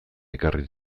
ekarri